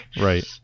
Right